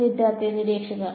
വിദ്യാർത്ഥി നിരീക്ഷകൻ